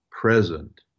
present